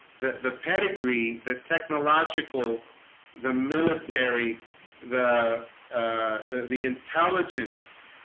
the the pedigree the technological the military the the intelligence